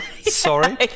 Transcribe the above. sorry